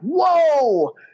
whoa